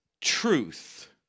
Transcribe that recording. truth